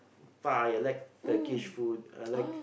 Thai I like Turkish food I like